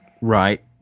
Right